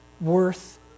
worth